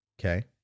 okay